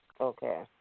Okay